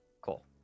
cool